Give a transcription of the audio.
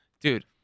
Dude